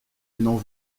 n’en